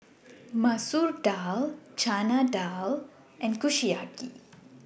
Masoor Dal Chana Dal and Kushiyaki